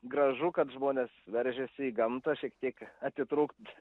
gražu kad žmonės veržiasi į gamtą šiek tiek atitrūkti